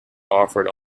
offered